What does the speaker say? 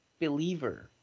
believer